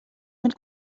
mit